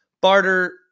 barter